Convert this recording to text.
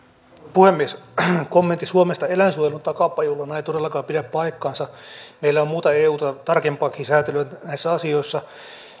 puhemies kommentti suomesta eläinsuojelun takapajulana ei todellakaan pidä paikkaansa meillä on muuta euta tarkempaakin sääntelyä näissä asioissa